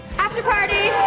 after party!